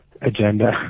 agenda